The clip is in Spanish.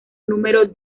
número